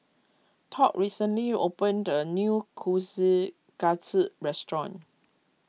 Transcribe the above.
Todd recently opened a new Kushikatsu restaurant